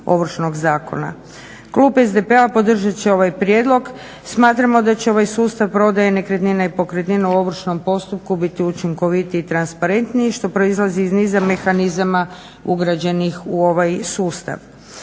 Klub SDP-a podržat će ovaj prijedlog. Smatramo da će ovaj sustav prodaje nekretnina i pokretnina u ovršnom postupku biti učinkovitiji i transparentniji što proizlazi iz niza mehanizama ugrađenih u ovaj sustav.